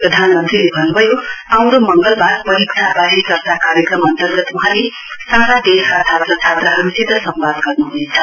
प्रधानमन्त्रीले भन्नभयो आउँदो मंगलवार परीक्षावारे चर्चा कार्यक्रम अन्तर्गत वहाँले सारा दगेशका छात्रछात्राहरुसित सम्वाद गर्नुहनेछ